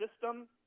system